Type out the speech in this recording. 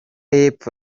y’epfo